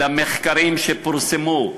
למחקרים שפורסמו,